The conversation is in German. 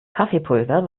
kaffeepulver